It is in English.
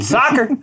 soccer